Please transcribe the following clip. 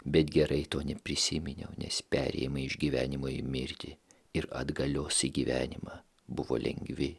bet gerai to neprisiminiau nes perėjimai išgyvenimai mirtį ir atgalios į gyvenimą buvo lengvi